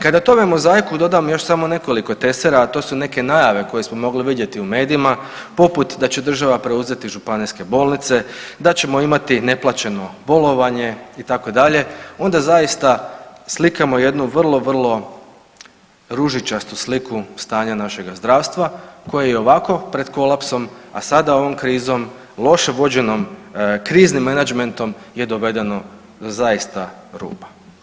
Kada tome mozaiku dodamo još samo nekoliko tesera, a to su neke najave koje smo mogli vidjeti u medijima poput da će država preuzeti županijske bolnice, da ćemo imati neplaćeno bolovanje itd. onda zaista slikamo jednu vrlo, vrlo ružičastu sliku stanja našeg zdravstva koje je i ovako pred kolapsom, a sada ovom krizom, loše vođenom kriznim menadžmentom je dovedeno zaista ruba.